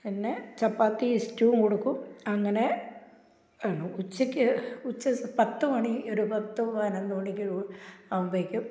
പിന്നെ ചപ്പാത്തി ഇസ്റ്റൂ കൊടുക്കും അങ്ങനെ ആണ് ഉച്ചക്ക് ഉച്ച സ പത്ത് മണി ഒരു പത്ത് പതിനൊന്ന് മണി ആകുമ്പോഴേക്കും